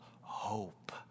hope